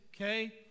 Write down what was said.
Okay